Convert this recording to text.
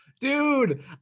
Dude